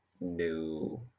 New